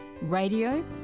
radio